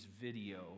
video